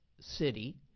city